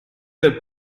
del